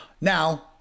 Now